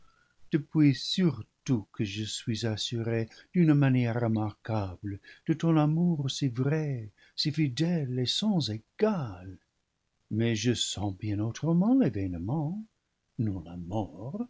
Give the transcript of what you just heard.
depuis sur tout que je suis assurée d'une manière remarquable de ton amour si vrai si fidèle et sans égal mais je sens bien autre ment l'événement non la mort